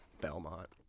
Belmont